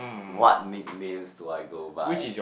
what nicknames do I go by